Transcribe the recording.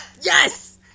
yes